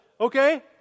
Okay